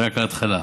רק ההתחלה.